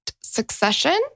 succession